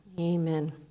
Amen